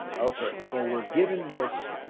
okay, so we're given this